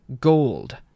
gold